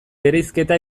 bereizketa